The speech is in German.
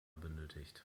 benötigt